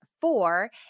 four